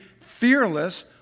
fearless